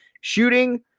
Shooting